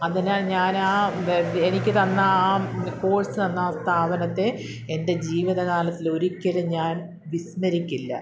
അതിനാൽ ഞാൻ ആ എനിക്ക് തന്ന ആ കോഴ്സ് തന്ന ആ സ്ഥാപനത്തെ എൻ്റെ ജീവിത കാലത്തിലൊരിക്കലും ഞാൻ വിസ്മരിക്കില്ല